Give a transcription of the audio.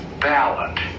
ballot